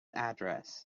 address